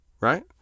right